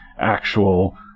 actual